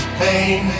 pain